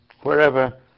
wherever